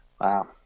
Wow